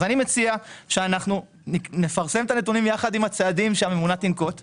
אז אני מציע שאנחנו נפרסם את הנתונים יחד עם הצעדים שהממונה תנקוט יחד.